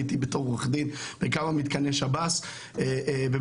הייתי בתור עורך דין בכמה מתקני שב"ס ובתור